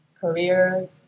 career